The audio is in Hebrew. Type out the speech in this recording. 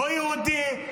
לא יהודי,